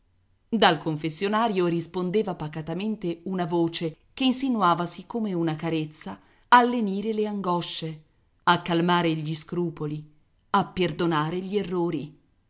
dal confessionario rispondeva pacatamente una voce che insinuavasi come una carezza a lenire le angosce a calmare gli scrupoli a perdonare gli errori